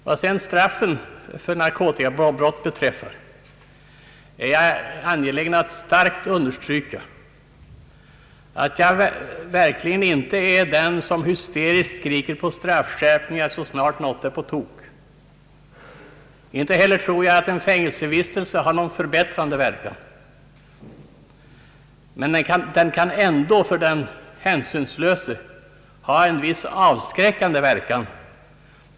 Vad så straffen för narkotikabrott beträffar är jag angelägen att starkt understryka, att jag sannerligen inte är den som hysteriskt skriker på straffskärpning så snart något är på tok. Inte heller tror jag att en fängelsevistelse har någon förbättrande verkan. Men den kan ändå för den hänsynslöse ha en viss avskräckande effekt.